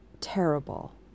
terrible